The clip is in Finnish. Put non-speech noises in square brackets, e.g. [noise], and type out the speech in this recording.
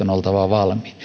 [unintelligible] on oltava valmiina